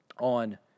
on